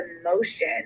emotion